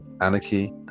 Anarchy